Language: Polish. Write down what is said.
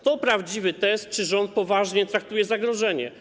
To prawdziwy test, czy rząd poważnie traktuje zagrożenie.